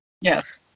Yes